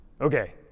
Okay